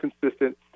consistent